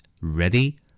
Ready